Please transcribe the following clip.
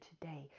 today